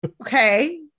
okay